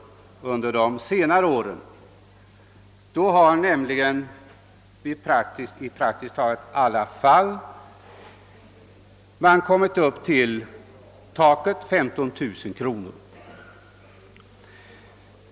Under de senare åren har man nämligen i praktiskt taget alla fall kommit upp till taket 15000 kronor.